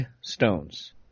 stones